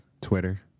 Twitter